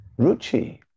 Ruchi